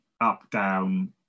up-down